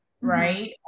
right